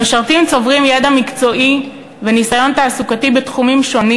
המשרתים צוברים ידע מקצועי וניסיון תעסוקתי בתחומים שונים.